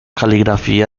caligrafía